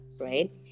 Right